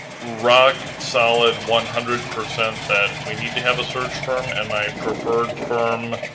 rock solid, one hundred percent that we need to have a search firm and my preferred firm,